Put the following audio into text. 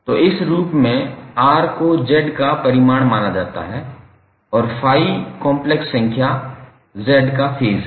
तो इस रूप में r को z का परिमाण माना जाता है और ∅ कॉम्प्लेक्स संख्या z का फेज है